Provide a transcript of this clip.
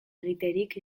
egiterik